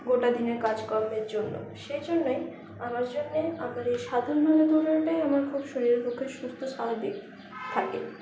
গোটা দিনের কাজকর্মের জন্য সেই জন্যই আমার জন্যেই আমার এই সাধনা আমার শরীরের পক্ষে খুব সুস্থ স্বাভাবিক থাকে